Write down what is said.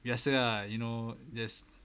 biasa ah you know just